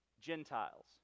Gentiles